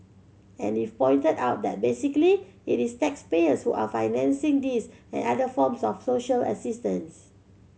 and if pointed out that basically it is taxpayers who are financing this and other forms of social assistance